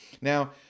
Now